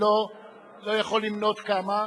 אני לא יכול למנות כמה.